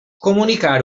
comunicar